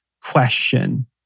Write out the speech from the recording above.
question